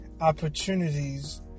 opportunities